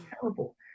terrible